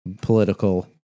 political